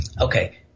Okay